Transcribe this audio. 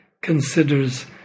considers